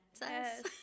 Yes